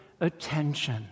attention